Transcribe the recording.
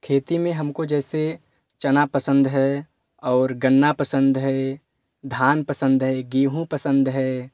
खेती में हमको जैसे चना पसंद है और गन्ना पसंद है धान पसंद है गेहूँ पसंद है